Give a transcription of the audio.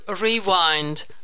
Rewind